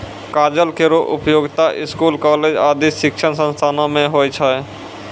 कागज केरो उपयोगिता स्कूल, कॉलेज आदि शिक्षण संस्थानों म होय छै